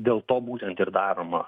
dėl to būtent ir daroma